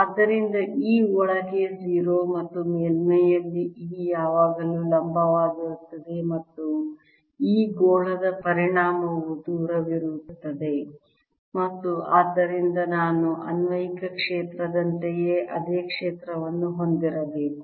ಆದ್ದರಿಂದ E ಒಳಗೆ 0 ಮತ್ತು ಮೇಲ್ಮೈಯಲ್ಲಿ E ಯಾವಾಗಲೂ ಲಂಬವಾಗಿರುತ್ತದೆ ಮತ್ತು ಈ ಗೋಳದ ಪರಿಣಾಮವು ದೂರವಿರುತ್ತದೆ ಮತ್ತು ಆದ್ದರಿಂದ ನಾನು ಅನ್ವಯಿಕ ಕ್ಷೇತ್ರದಂತೆಯೇ ಅದೇ ಕ್ಷೇತ್ರವನ್ನು ಹೊಂದಿರಬೇಕು